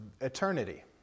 eternity